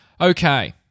Okay